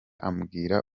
ambwira